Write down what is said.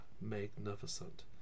magnificent